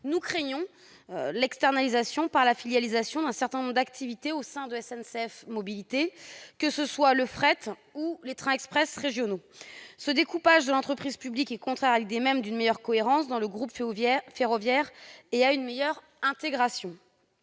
nous craignons l'externalisation par la filialisation d'un certain nombre d'activités au sein de SNCF Mobilités, que ce soit le fret ou les trains express régionaux. Ce découpage de l'entreprise publique est contraire à l'idée même d'une meilleure cohérence dans le groupe ferroviaire et à une meilleure intégration.